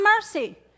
mercy